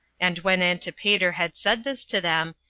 and when antipater had said this to them,